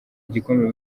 igikombe